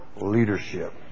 leadership